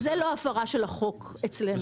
זו לא הפרה של החוק אצלנו.